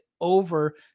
over